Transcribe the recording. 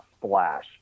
flash